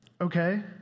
okay